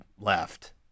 left